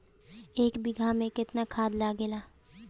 एक बिगहा में केतना खाद लागेला?